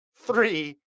three